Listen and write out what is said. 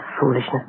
foolishness